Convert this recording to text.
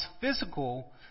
physical